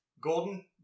Golden